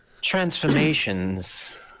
Transformations